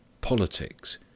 politics